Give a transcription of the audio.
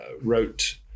wrote